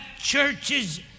churches